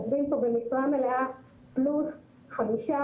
עובדים פה במשרה מלאה פלוס חמישה,